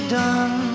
done